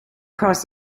cross